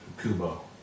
Kubo